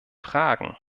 fragen